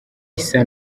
issa